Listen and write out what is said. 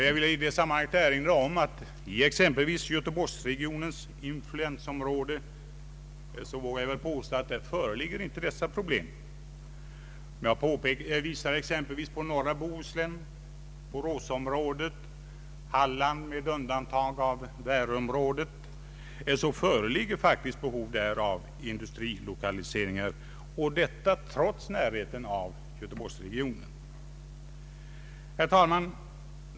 Jag vill i detta sammanhang erinra om att dessa problem inte föreligger i Göteborgsregionens influensområde. Jag vill exempelvis påpeka att i norra Bohuslän, Boråsområdet och Halland — med undantag av Väröområdet — föreligger behov av industrilokaliseringar, detta trots närheten till Göteborgsregionen. Herr talman!